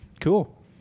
Cool